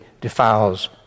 defiles